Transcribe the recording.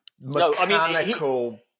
mechanical